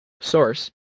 source